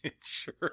Sure